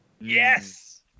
Yes